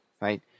right